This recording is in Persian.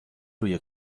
روی